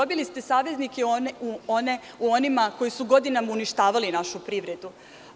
Dobili ste saveznike u onima koji su godinama uništavali našu privredu.